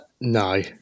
no